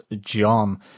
john